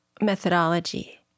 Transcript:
methodology